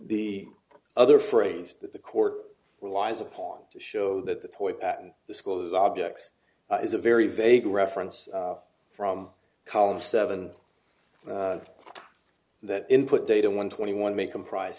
the other phrase that the court relies upon to show that the toy back in the school as objects is a very vague reference from column seven that input data one twenty one may comprise